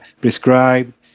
prescribed